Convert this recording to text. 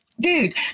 dude